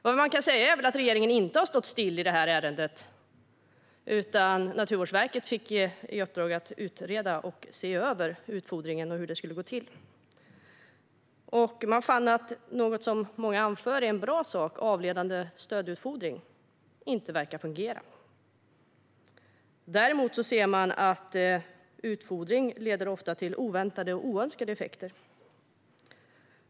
Vad man kan säga är väl att regeringen inte har stått still i det här ärendet. Naturvårdsverket fick i uppdrag att utreda och se över utfodringen och hur den skulle gå till. Man fann att något som många anför är en bra sak, avledande stödutfodring, inte verkar fungera. Däremot ser man att utfodring ofta leder till oväntade och oönskade effekter.